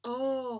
oo